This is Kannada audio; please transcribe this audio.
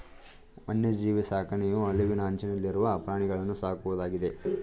ವನ್ಯಜೀವಿ ಸಾಕಣೆಯು ಅಳಿವಿನ ಅಂಚನಲ್ಲಿರುವ ಪ್ರಾಣಿಗಳನ್ನೂ ಸಾಕುವುದಾಗಿದೆ